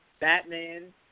Batman